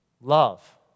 love